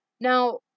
Now